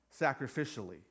sacrificially